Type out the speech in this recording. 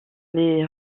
les